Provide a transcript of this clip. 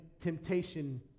temptation